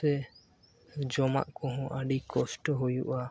ᱥᱮ ᱡᱚᱢᱟᱜ ᱠᱚᱦᱚᱸ ᱟᱹᱰᱤ ᱠᱚᱥᱴᱚ ᱦᱩᱭᱩᱜᱼᱟ